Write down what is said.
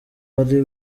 wari